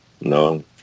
No